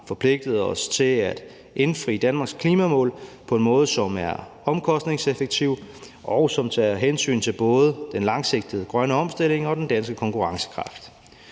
forpligtet os til at indfri Danmarks klimamål på en måde, som er omkostningseffektiv, og som tager hensyn til både den langsigtede grønne omstilling og den danske konkurrencekraft.